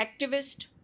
activist